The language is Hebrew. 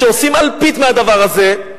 שעושים אלפית מהדבר הזה,